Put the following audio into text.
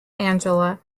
angela